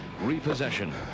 repossession